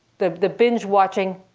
the the binge watching.